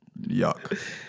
Yuck